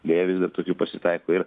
deja vis dar tokių pasitaiko ir